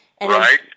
Right